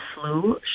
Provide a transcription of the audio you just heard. flu